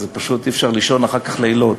פשוט אי-אפשר לישון אחר כך לילות.